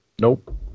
Nope